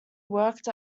worked